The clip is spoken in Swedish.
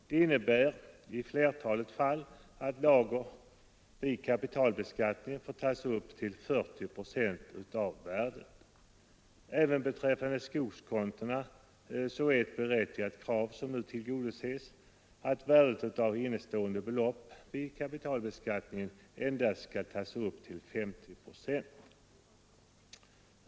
Detta innebär i flertalet fall att lager vid kapitalbeskattning får tas upp till 40 procent av värdet. Även beträffande skogskontona är det ett berättigat krav som nu tillgodoses att värdet av innestående belopp vid kapitalbeskattningen endast skall tagas upp till 50 procent.